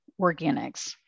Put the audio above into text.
organics